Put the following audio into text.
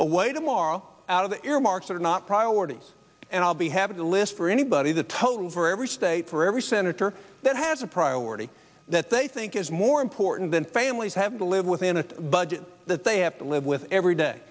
away tomorrow out of earmarks that are not priorities and i'll be happy to list for anybody the total for every state for every senator that has a priority that they think is more important than families have to live within a budget that they have to live with every day